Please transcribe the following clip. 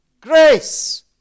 Grace